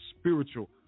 spiritual